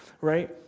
right